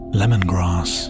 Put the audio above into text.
lemongrass